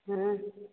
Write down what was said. ହଁ